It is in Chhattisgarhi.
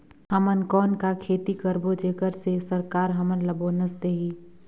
हमन कौन का खेती करबो जेकर से सरकार हमन ला बोनस देही?